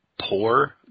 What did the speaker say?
poor